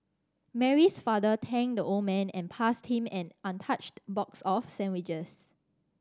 Mary's father thanked the old man and passed him an untouched box of sandwiches